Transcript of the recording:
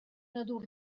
bastant